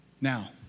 Now